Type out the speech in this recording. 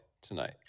tonight